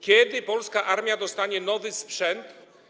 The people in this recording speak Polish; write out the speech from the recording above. Kiedy polska armia dostanie nowy sprzęt?